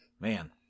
Man